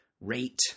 rate